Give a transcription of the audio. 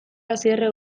asierrek